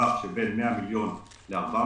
בטווח בין 100 מיליון ל-400 מיליון,